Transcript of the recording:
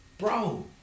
Bro